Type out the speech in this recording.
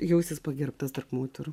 jaustis pagerbtas tarp moterų